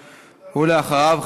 ואחריו,